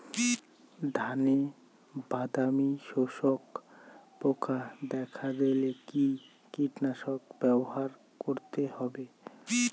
ধানে বাদামি শোষক পোকা দেখা দিলে কি কীটনাশক ব্যবহার করতে হবে?